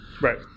right